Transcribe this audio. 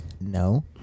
No